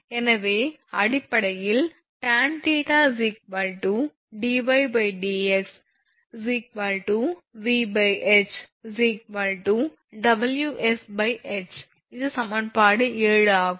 எனவே அடிப்படையில் tan θ dydx VH WsH இது சமன்பாடு 7 ஆகும்